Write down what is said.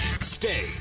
Stay